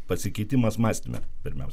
pasikeitimas mąstyme pirmiausia